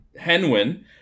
Henwin